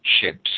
ships